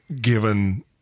Given